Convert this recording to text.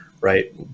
right